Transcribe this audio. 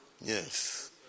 Yes